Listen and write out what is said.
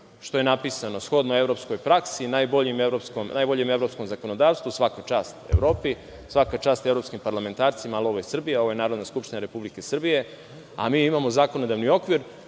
što je napisano shodno evropskoj praksi, najboljem evropskom zakonodavstvu, svaka čast Evropi, svaka čast evropskim parlamentarcima, ali ovo je Srbija, ovo je Narodna skupština Srbije, a mi imamo zakonodavni okvir